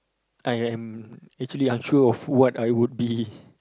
I am actually unsure of what I would be